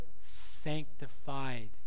sanctified